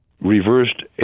reversed